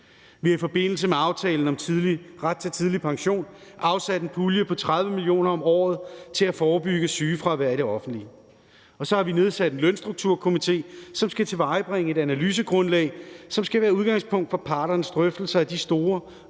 Vi har i forbindelse med aftalen om ret til tidlig pension afsat en pulje på 30 mio. kr. om året til at forebygge sygefravær i det offentlige. Så har vi nedsat en Lønstrukturkomité, som skal tilvejebringe et analysegrundlag, som skal være udgangspunkt for parternes drøftelser af de store